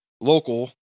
local